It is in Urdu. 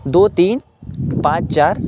دو تین پانچ چار